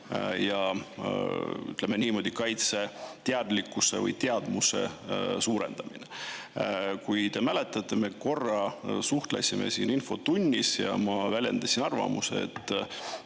ja, ütleme niimoodi, kaitseteadlikkuse või -teadmuse suurendamine. Te ehk mäletate, me korra suhtlesime siin infotunnis ja ma väljendasin arvamust, et